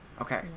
Okay